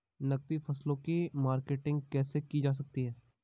नकदी फसलों की मार्केटिंग कैसे की जा सकती है?